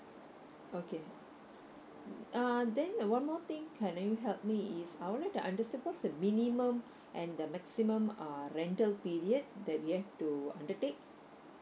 okay uh then uh one more thing can you help me is I'd like to understand what's the minimum and the maximum uh rental period that we have to undertake